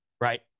right